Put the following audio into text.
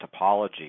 topology